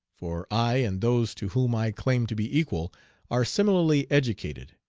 for i and those to whom i claim to be equal are similarly educated.